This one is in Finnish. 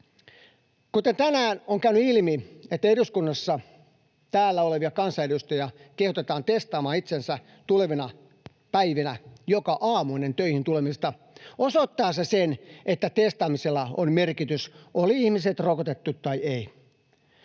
Kuten tänään on käynyt ilmi, täällä eduskunnassa olevia kansanedustajia kehotetaan testaamaan itsensä tulevina päivinä joka aamu ennen töihin tulemista. Se osoittaa sen, että testaamisella on merkitys, oli ihmiset rokotettu tai ei.